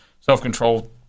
self-control